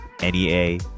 NEA